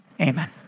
amen